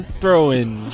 throwing